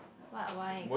what why